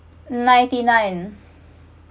ninety nine